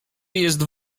jest